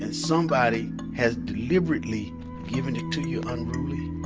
and somebody has deliberately given it to you unruly.